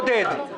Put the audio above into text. עודד?